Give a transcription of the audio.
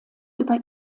über